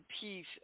peace